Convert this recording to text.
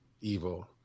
evil